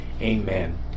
Amen